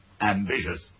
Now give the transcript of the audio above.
Ambitious